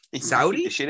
Saudi